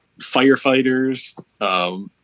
firefighters